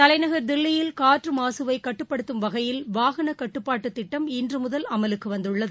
தலைநகர் டெல்லியில் காற்று மாசுவை கட்டுப்படுத்தும் வகையில் வாகன கட்டுப்பாட்டுத் திட்டம் இன்று முதல் அமலுக்கு வந்துள்ளது